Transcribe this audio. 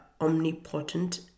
omnipotent